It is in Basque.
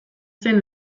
zen